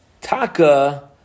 taka